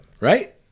right